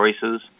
choices